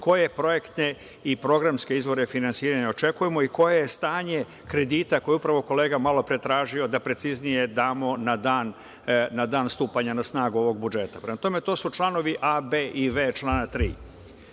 koje projektne i programske izvore finansiranja očekujemo i koje je stanje kredita koje je upravo kolega malopre tražio da preciznije damo na dan stupanja na snagu ovog budžeta. Prema tome, to su članovi a. b. i v. člana 3.